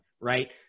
Right